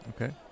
Okay